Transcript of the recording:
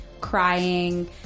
crying